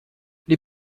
les